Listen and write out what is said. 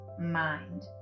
mind